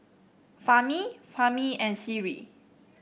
Fahmi Fahmi and Sri